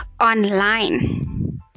online